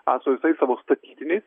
a su visais savo statytiniais